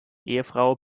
ehefrau